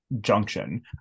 junction